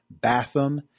Batham